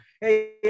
Hey